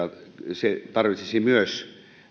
se tarvitsisi myös